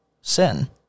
sin